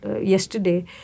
yesterday